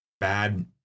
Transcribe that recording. bad